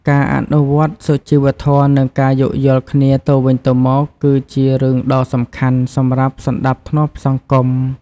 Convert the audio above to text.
ការអនុវត្តន៍សុជីវធម៌និងការយោគយល់គ្នាទៅវិញទៅមកគឺជារឿងដ៏សំខាន់សម្រាប់សណ្តាប់ធ្នាប់សង្គម។